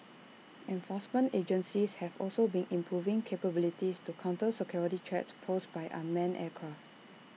enforcement agencies have also been improving capabilities to counter security threats posed by unmanned aircraft